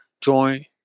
Join